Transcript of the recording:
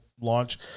launch